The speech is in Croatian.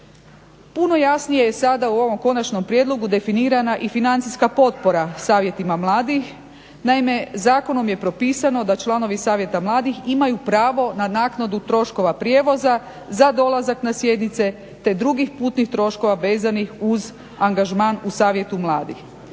Puno jasnije je sada u ovom konačnom prijedlogu definirana i financijska potpora savjetima mladih. Naime, zakonom je propisano da članovi Savjeta mladih imaju pravo na naknadu troškova prijevoza za dolazak na sjednice te drugih putnih troškova vezanih uz angažman u Savjetu mladih.